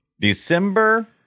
December